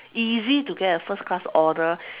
easy to get a first class honour